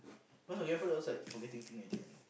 ya then my grandfather was like forgetting thing already ah